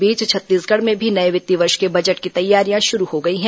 इस बीच छत्तीसगढ़ में भी नए वित्तीय वर्ष के बजट की तैयारियां शुरू हो गई हैं